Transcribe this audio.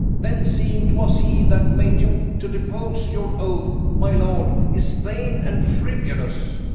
then seeing twas he that made you to depose, your oath, my lord, is vaine and friuolous.